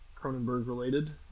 Cronenberg-related